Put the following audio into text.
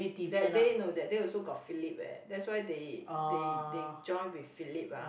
that day no that day also got Phillips leh that's why they they they join with Phillips ah